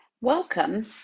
welcome